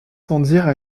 tendirent